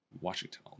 Washington